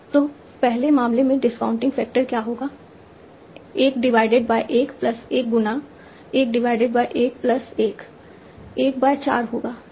तो पहले मामले में डिस्काउंटिंग फैक्टर क्या होगा 1 डिवाइडेड बाय 1 प्लस 1 गुना 1 डिवाइडेड बाय 1 प्लस 1 1 बाय 4 होगा